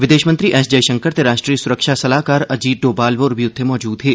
विदेशमंत्री एस जयशंकर ते राष्ट्रीय सुरक्षा सलाह्कार अजित दोबाल होर बी उत्थै मजूद हे